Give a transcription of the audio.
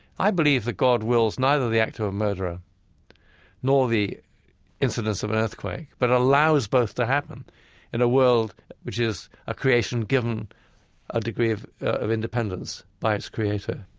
i believe that god wills neither the act of a murderer nor the incidence of an earthquake, but allows both to happen in a world which is a creation given a degree of of independence by its creator